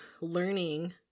learning